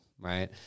Right